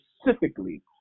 specifically